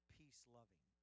peace-loving